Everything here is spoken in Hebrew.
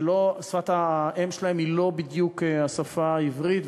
ששפת האם שלהם היא לא בדיוק השפה העברית.